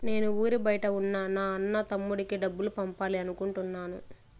నేను ఊరి బయట ఉన్న నా అన్న, తమ్ముడికి డబ్బులు పంపాలి అనుకుంటున్నాను